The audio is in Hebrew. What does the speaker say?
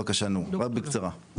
רק בקצרה.